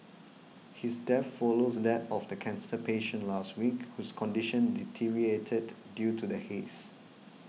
his death follows that of the cancer patient last week whose condition deteriorated due to the haze